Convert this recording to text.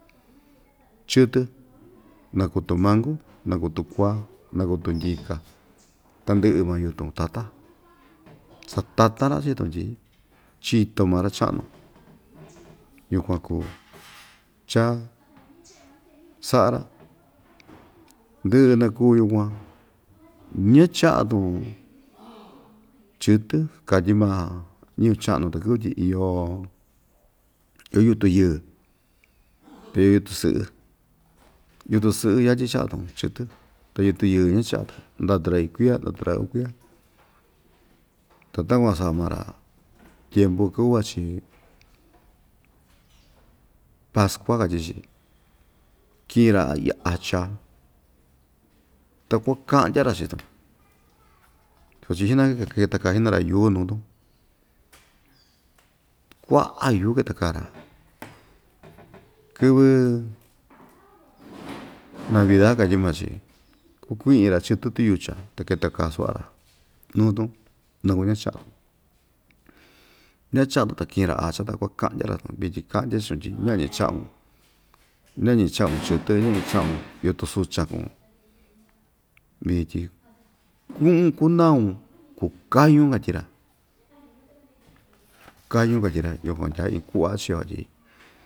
chɨtɨ naku tumanku naku tukua naku tundyika tandɨ'ɨ ma yutun tata satatan‑ra chii‑tun tyi chito maa ra‑cha'nu yukuan kuu cha sa'a‑ra ndɨ'ɨ nakuu yukuan ñacha'a tun chɨtɨ katyi maa ñɨvɨ cha'nu takɨ́vɨ tyi iyo yutun yɨɨ iyo yutun sɨ'ɨ yutun sɨ'ɨ yatyi cha'a‑tun chɨtɨ ta yutun yɨɨ ñacha'a‑tun ndatu‑ra iin kuia ndatu‑ra uu kuiya ta takuan sa'a maa‑ra tyempu kɨvɨ vachi pascua katyi‑chi ki'in‑ra acha ta kuaka'ndya‑ra chii‑tun sutyi xi'na‑ka ketakaa xi'na‑ra yuu nu‑tun kua'a yuu ketakaa‑ra kɨvɨ navida katyi maa‑chi kukui'in‑ra chɨtɨ tuyucha ta ketaka su'a‑ra nuu‑tun naku ñacha'a‑tun ñacha'a‑tun ta ki'in‑ra acha ta kuaka'ndya‑ra vityin ka'ndye chiun tyi ña'ñi cha'un ña'ñi cha'un chɨtɨ ña'ñi cha'un yutun suchan kuu vityin tyi ku'un kunaun kukayun katyi‑ra kayun katyi‑ra yukuan ndyaa iin ku'a chii‑yo tyi.